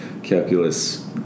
Calculus